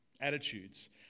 attitudes